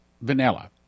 vanilla